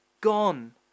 gone